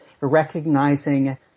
recognizing